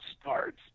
starts